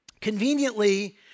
conveniently